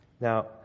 Now